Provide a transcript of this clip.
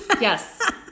Yes